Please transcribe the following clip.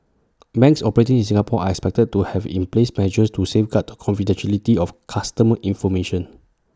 banks operating in Singapore are expected to have in place measures to safeguard the confidentiality of customer information